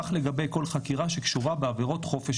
כך לגבי כל חקירה שקשורה בעבירות חופש